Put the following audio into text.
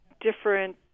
different